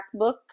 MacBook